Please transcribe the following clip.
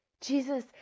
Jesus